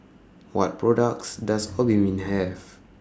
What products Does Obimin Have